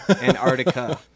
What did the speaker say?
Antarctica